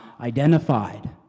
identified